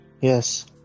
Yes